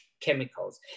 chemicals